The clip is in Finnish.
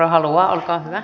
haluaa olkaa hyvä